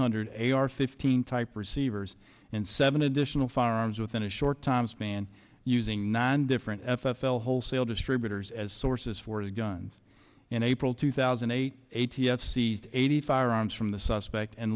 hundred a ar fifteen type receivers and seven additional firearms within a short time span using nine different f l wholesale distributors as sources for the guns in april two thousand and eight a t f seized eighty firearms from the suspect and